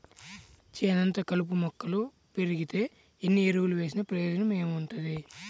చేనంతా కలుపు మొక్కలు బెరిగితే ఎన్ని ఎరువులు వేసినా ప్రయోజనం ఏముంటది